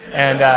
and